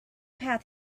path